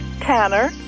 Tanner